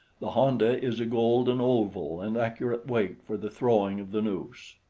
the honda is a golden oval and accurate weight for the throwing of the noose.